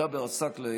חבר הכנסת ג'אבר עסאקלה,